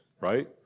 right